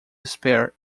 despair